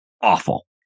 awful